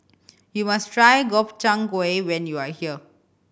you must try Gobchang Gui when you are here